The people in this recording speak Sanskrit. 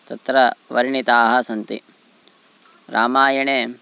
तत्र वर्णिताः सन्ति रामायणे